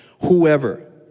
whoever